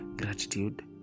gratitude